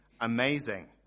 amazing